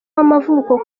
w’amavuko